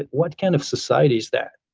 what kind of society's that?